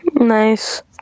Nice